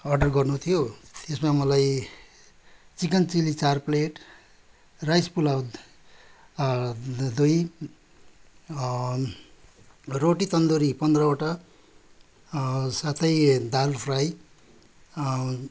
order गर्नु थियो त्यसमा मलाई चिकन चिल्ली चार प्लेट राइस पुलाउ दुई रोटी तन्दुरी पन्ध्रवटा साथै दाल फ्राई